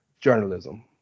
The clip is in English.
journalism